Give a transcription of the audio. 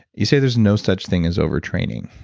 you say there's no such thing as over-training.